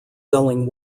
selling